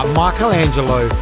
michelangelo